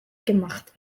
gemacht